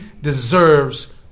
deserves